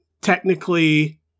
technically